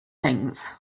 things